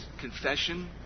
confession